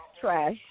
trash